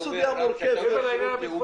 מכין את הנערים לחיים.